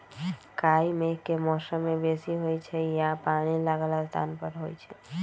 काई मेघ के मौसम में बेशी होइ छइ आऽ पानि लागल स्थान पर होइ छइ